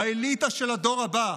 והאליטה של הדור הבא,